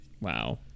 wow